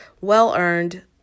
Well-earned